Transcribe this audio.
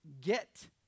get